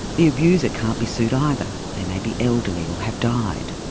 the abuser can't be sued either they may be elderly or have died.